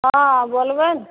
हॅं बोलबो ने